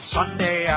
Sunday